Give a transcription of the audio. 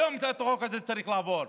היום החוק הזה צריך לעבור.